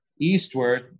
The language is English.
eastward